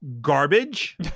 garbage